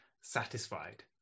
satisfied